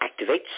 activates